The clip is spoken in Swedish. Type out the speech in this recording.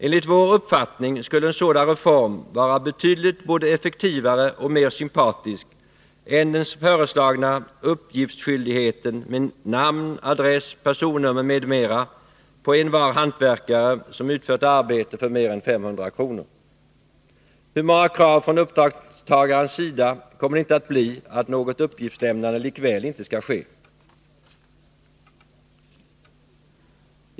Enligt vår uppfattning skulle en sådan reform vara både betydligt effektivare och mer sympatisk än den föreslagna uppgiftsskyldigheten med namn, adress och personnummer m.m. på envar hantverkare som utfört afbete för mer än 500 kr. Hur många krav från uppdragstagarens sida kommer dét inte att bli om att något uppgiftslämnande likväl inte skall ske?